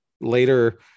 later